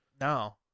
No